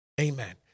Amen